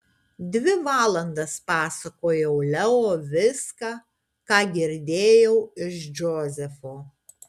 dvi valandas pasakojau leo viską ką girdėjau iš džozefo